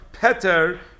Peter